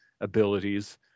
abilities